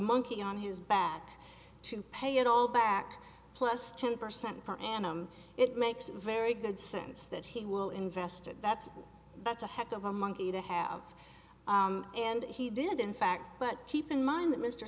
monkey on his back to pay it all back plus ten percent per annum it makes him very good sense that he will invest it that's that's a heck of a monkey to have and he did in fact but keep in mind that mr